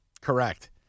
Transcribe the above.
Correct